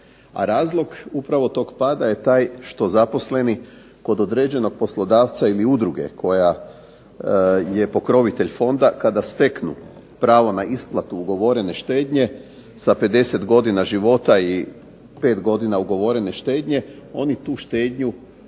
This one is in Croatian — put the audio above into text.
razlog upravo tog pada je taj što zaposleni kod određenog poslodavca ili udruge koja je pokrovitelj fonda, kada steknu pravo na isplatu ugovorene štednje sa 50 godina života i 5 godina ugovorene štednje, oni tu štednju